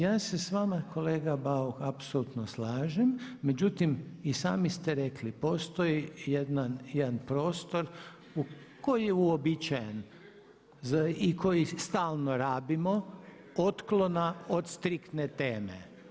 Ja se s vama kolega Bauk apsolutno slažem, međutim i sami ste rekli postoji jedan prostor koji je uobičajen i koji stalno rabimo otklona od striktne teme.